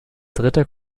dritte